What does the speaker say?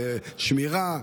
לשמירה.